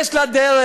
יש לה דרך,